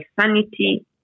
sanity